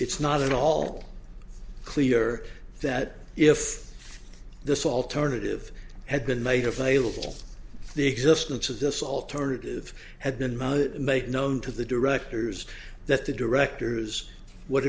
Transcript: it's not at all clear that if this alternative had been made available the existence of this alternative had been most make known to the directors that the directors w